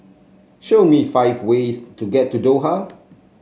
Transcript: show me five ways to get to Doha